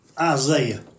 Isaiah